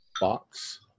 box